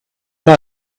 pas